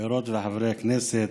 חברות וחברי הכנסת,